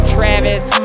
Travis